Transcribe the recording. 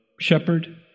shepherd